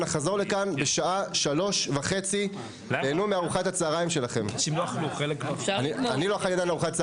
נחזור לכאן בשעה 15:30. (הישיבה נפסקה בשעה